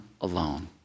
alone